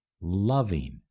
loving